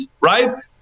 right